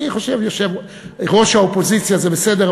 אני חושב ראש האופוזיציה זה בסדר,